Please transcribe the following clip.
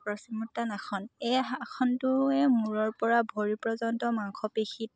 পশ্চিমোত্তানাসন এই আসনটোৱে মূৰৰপৰা ভৰি পৰ্যন্ত মাংসপেশী